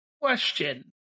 Question